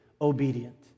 obedient